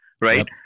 right